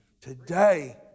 Today